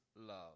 love